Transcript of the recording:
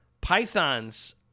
Python's